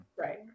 right